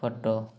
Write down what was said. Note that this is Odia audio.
ଖଟ